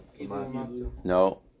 No